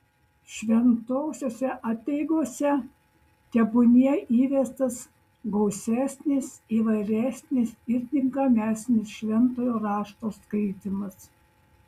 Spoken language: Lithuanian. šventosiose apeigose tebūnie įvestas gausesnis įvairesnis ir tinkamesnis šventojo rašto skaitymas